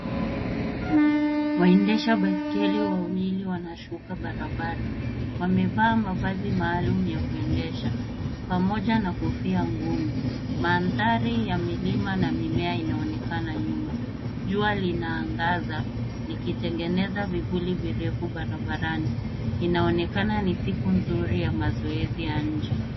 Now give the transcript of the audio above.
Waendesha baiskeli wawili wanashuka barabara. Wamevaa mavazi maalum ya kuendesha pamoja na kofia ngumu. Mandhari ya milima na mimea inaonekana nyuma. Jua linaangaza likitengeneza vivuli virefu barabarani. Inaonekana ni siku nzuri ya mazoezi ya nje.